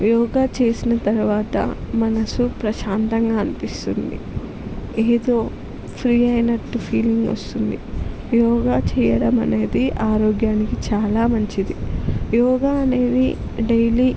యోగా చేసిన తర్వాత మనసు ప్రశాంతంగా అనిపిస్తుంది ఏదో ఫ్రీ అయినట్టు ఫీలింగ్ వస్తుంది యోగా చేయడమనేది ఆరోగ్యానికి చాలా మంచిది యోగా అనేది డైలీ